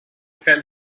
cell